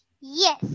Yes